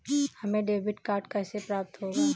हमें debit card कैसे प्राप्त होगा?